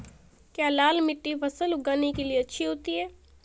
क्या लाल मिट्टी फसल उगाने के लिए अच्छी होती है?